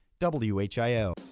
WHIO